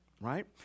Right